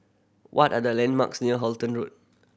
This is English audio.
what are the landmarks near Halton Road